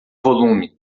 volume